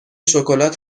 شکلات